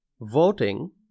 Voting